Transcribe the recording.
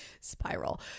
spiral